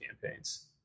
campaigns